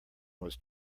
was